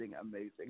amazing